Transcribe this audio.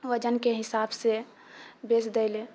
वजनके हिसाबसँ बेच दै लअ